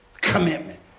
Commitment